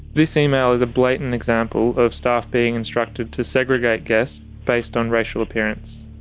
this email is a blatant example of staff being instructed to segregate guests based on racial appearance.